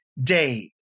Day